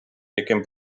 яким